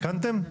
תיקנתם?